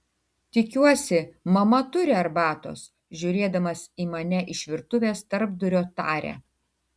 tikiuosi mama turi arbatos žiūrėdamas į mane iš virtuvės tarpdurio taria